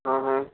हा हा